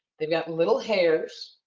they've got little hairs,